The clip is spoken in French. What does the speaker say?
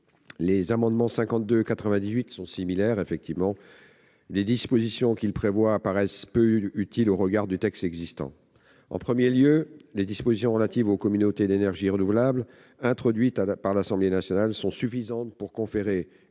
et 98 rectifié sont similaires. Les dispositions qu'ils tendent à insérer paraissent peu utiles au regard du texte existant. En premier lieu, les dispositions relatives aux communautés d'énergie renouvelable introduites par l'Assemblée nationale suffisent pour conférer